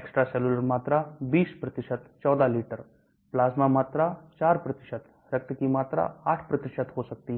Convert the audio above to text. extracellular मात्रा 20 14 litre plasma मात्रा 4 रक्त की मात्रा 8 हो सकती है